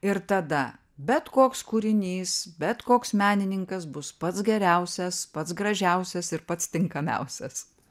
ir tada bet koks kūrinys bet koks menininkas bus pats geriausias pats gražiausias ir pats tinkamiausias